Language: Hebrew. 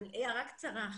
הערה קצרה.